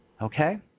Okay